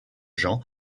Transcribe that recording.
jean